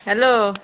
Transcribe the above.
hello